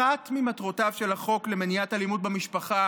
אחת ממטרותיו של החוק למניעת אלימות במשפחה,